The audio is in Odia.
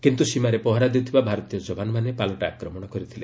କିନ୍ତୁ ସୀମାରେ ପହରା ଦେଉଥିବା ଭାରତୀୟ ଯବାନମାନେ ପାଲଟା ଆକ୍ରମଣ କରିଥିଲେ